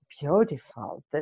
beautiful